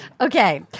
okay